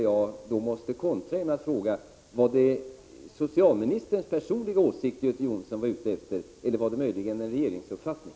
Jag måste kontra med att fråga: Var det socialministerns personliga åsikt Göte Jonsson var ute efter, eller var det möjligen en regeringsuppfattning?